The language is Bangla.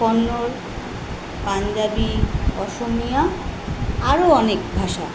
কন্নড় পাঞ্জাবি অসমীয়া আরও অনেক ভাষা